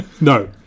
No